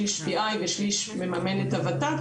שלוש PI ושליש מממנת הות"ת,